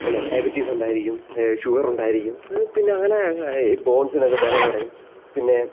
എന്നാ ഡയബറ്റീസ് ഉണ്ടായിരിക്കും ഷുഗർ ഉണ്ടായിരിക്കും പിന്നെ അങ്ങനെ ബോൺസിനൊക്കെ ബലം കുറയും പിന്നെ